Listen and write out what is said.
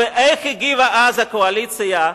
ואיך הגיבה אז הקואליציה?